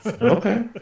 Okay